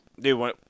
dude